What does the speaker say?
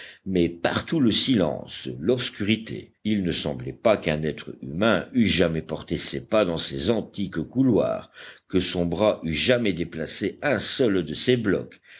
mais partout le silence l'obscurité il ne semblait pas qu'un être humain eût jamais porté ses pas dans ces antiques couloirs que son bras eût jamais déplacé un seul de ces blocs